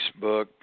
Facebook